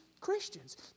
Christians